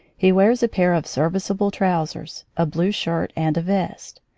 he wears a pair of serviceable trousers, a blue shirt, and a vest!